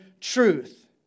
truth